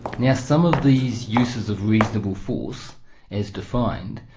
now some of these uses of reasonable force as defined,